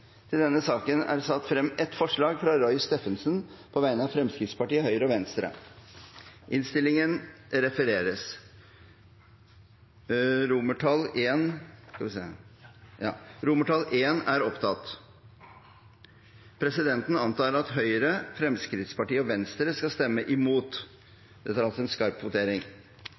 til forslaget. Under debatten er det satt frem et forslag fra Roy Steffensen på vegne av Høyre, Fremskrittspartiet og Venstre. Presidenten antar at Høyre, Fremskrittspartiet og Venstre skal stemme imot. Dette er altså en skarp votering.